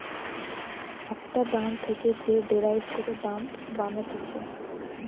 একটা দাম থেকে যে ডেরাইভ করে দাম বানাতিছে